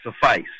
suffice